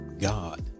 God